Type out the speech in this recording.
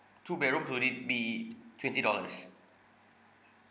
two bedrooms would it be twenty dollars